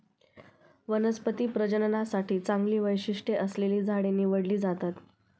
वनस्पती प्रजननासाठी चांगली वैशिष्ट्ये असलेली झाडे निवडली जातात